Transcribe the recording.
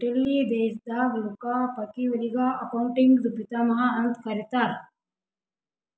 Italy ದೇಶದಾಗ್ Luca ಪಕಿಒಲಿಗ ಅಕೌಂಟಿಂಗ್ದು ಪಿತಾಮಹಾ ಅಂತ್ ಕರಿತ್ತಾರ್